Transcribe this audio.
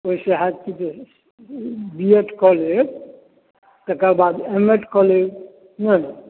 ओहिसँ होयत की जे बी एड कऽ लेब तकर बाद एम एड कऽ लेब बुझलियै